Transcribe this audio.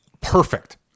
Perfect